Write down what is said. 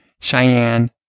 Cheyenne